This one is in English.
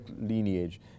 lineage